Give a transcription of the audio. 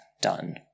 done